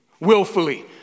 willfully